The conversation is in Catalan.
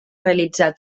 realitzar